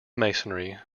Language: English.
masonry